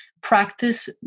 practice